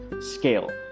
scale